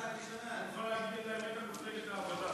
הוא יכול להגיד את האמת על מפלגת העבודה,